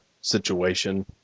situation